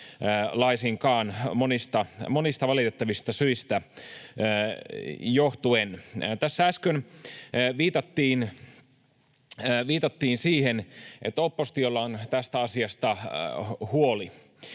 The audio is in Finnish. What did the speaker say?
monista valitettavista syistä johtuen. Tässä äsken viitattiin siihen, että oppositiolla on tästä asiasta huoli.